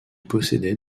possédait